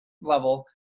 level